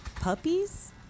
puppies